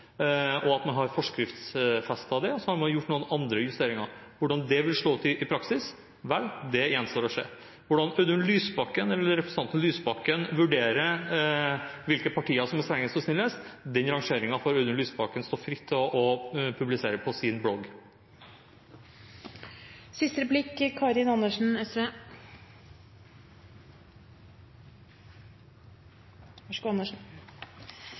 flukt, at man har forskriftsfestet det og gjort noen andre justeringer. Hvordan det vil slå ut i praksis, vel, det gjenstår å se. Hvordan representanten Audun Lysbakken vurderer hvilke partier som er strengest og snillest – den rangeringen får Audun Lysbakken stå fritt til å publisere på sin blogg.